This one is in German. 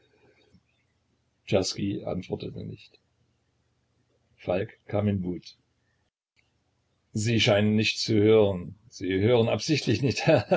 czerski antwortete nicht falk kam in wut sie scheinen nichts zu hören sie hören absichtlich nicht